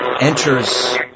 enters